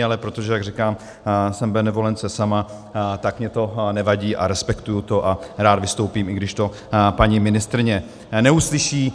Ale protože, jak říkám, jsem benevolence sama, tak mi to nevadí a respektuji to a rád vystoupím, i když to paní ministryně neuslyší.